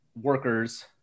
workers